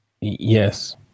Yes